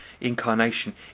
incarnation